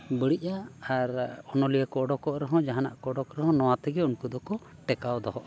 ᱵᱟᱹᱲᱤᱡᱼᱟ ᱟᱨ ᱚᱱᱚᱞᱤᱭᱟᱹ ᱠᱚ ᱩᱰᱩᱠᱚᱜ ᱨᱮᱦᱚᱸ ᱡᱟᱦᱟᱱᱟᱜ ᱠᱚ ᱩᱰᱩᱠ ᱨᱮᱦᱚᱸ ᱱᱚᱣᱟ ᱛᱮᱜᱮ ᱩᱱᱠᱩ ᱫᱚᱠᱚ ᱴᱮᱠᱟᱣ ᱫᱚᱦᱚᱜᱼᱟ